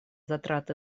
затрат